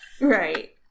Right